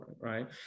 right